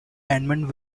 edmund